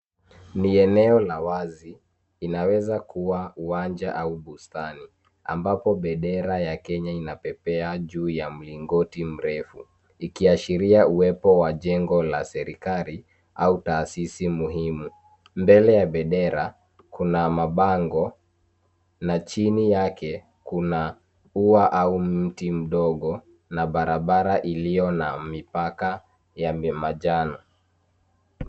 Ni eneo la wazi, inaweza kuwa uwanja au bustani, ambapo bendera ya Kenya inapepea juu ya mlingoti mrefu, ikiashiria uwepo wa jengo la serikali au taasisi muhimu. Mbele ya bendera kuna mabango, na chini yake kuna ua au mti mdogo na barabara iliyo na mipaka ya manjano.